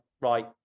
right